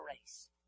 race